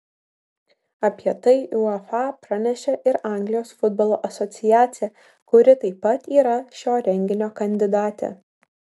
apie tai uefa pranešė ir anglijos futbolo asociacija kuri taip pat yra šio renginio kandidatė